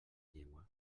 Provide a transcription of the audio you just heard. llengua